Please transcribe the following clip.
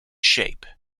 shape